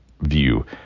view